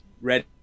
red